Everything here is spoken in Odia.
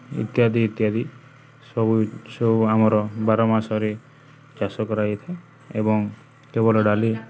ଇତ୍ୟାଦି ଇତ୍ୟାଦି ସବୁ ସବୁ ଆମର ବାର ମାସରେ ଚାଷ କରାଯାଇଥାଏ ଏବଂ କେବଳ ଡାଲି